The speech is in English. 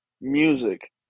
Music